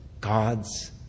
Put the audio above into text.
God's